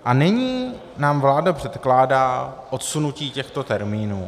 A nyní nám vláda předkládá odsunutí těchto termínů.